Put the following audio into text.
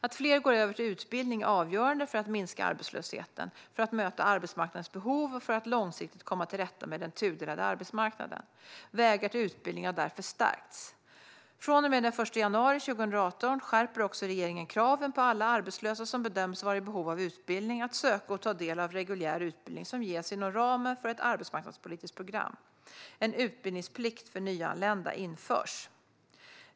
Att fler går över till utbildning är avgörande för att minska arbetslösheten, för att möta arbetsmarknadens behov och för att långsiktigt komma till rätta med den tudelade arbetsmarknaden. Vägar till utbildning har därför stärkts. Från och med den 1 januari 2018 skärper regeringen också kraven på alla arbetslösa som bedöms vara i behov av utbildning att söka och ta del av reguljär utbildning som ges inom ramen för ett arbetsmarknadspolitiskt program. En utbildningsplikt för nyanlända införs.